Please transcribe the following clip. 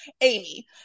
amy